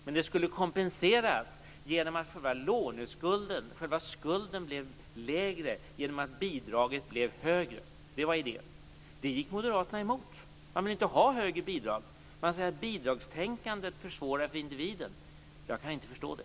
Men det skulle kompenseras genom att själva låneskulden blev lägre genom att bidraget blev högre. Det var idén. Det gick moderaterna emot. Man ville inte ha högre bidrag. Man säger att bidragstänkandet försvårar för individen. Jag kan inte förstå det.